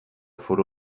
foru